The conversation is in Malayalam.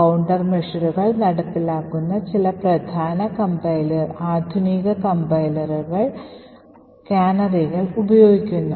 കൌണ്ടർ മെഷറുകൾ നടപ്പിലാക്കുന്ന ചില ആധുനിക കംപൈലറുകൾ കാനറികൾ ഉപയോഗിക്കുന്നു